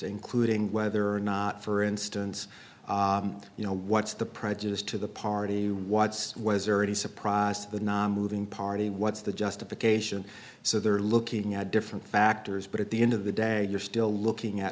including whether or not for instance you know what's the prejudice to the party what's what is already surprise to the nonmoving party what's the justification so they're looking at different factors but at the end of the day you're still looking at